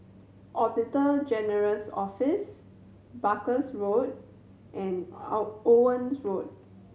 Auditor General's Office Barker's Road and Owen's Road